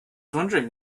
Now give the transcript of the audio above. wondering